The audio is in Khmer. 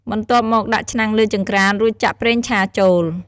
បន្ទាប់មកដាក់ឆ្នាំងលើចង្ក្រាន រួចចាក់ប្រេងឆាចូល។